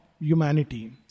humanity